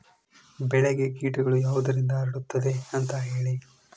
ಬೆಳೆಗೆ ಕೇಟಗಳು ಯಾವುದರಿಂದ ಹರಡುತ್ತದೆ ಅಂತಾ ಹೇಳಿ?